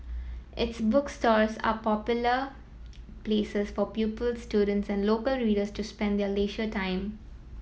its bookstores are popular places for pupils students and local readers to spend their leisure time